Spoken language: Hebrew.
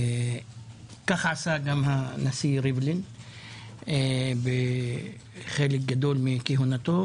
כך עשה גם הנשיא ריבלין בחלק גדול מכהונתו.